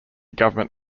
government